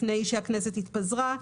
לפני שהכנסת התפזרה.